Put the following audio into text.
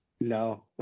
No